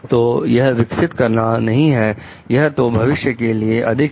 तो यह विकसित करना नहीं है यह तो भविष्य के लिए अधिक है